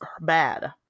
bad